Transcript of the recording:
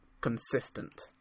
consistent